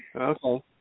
Okay